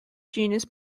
genus